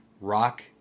rock